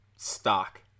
stock